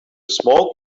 small